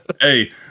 Hey